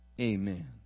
Amen